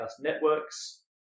networks